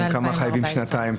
כמה חייבם שנתיים,